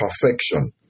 perfection